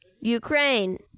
Ukraine